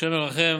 השם ירחם.